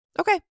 Okay